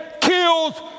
kills